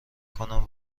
کنم